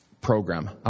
program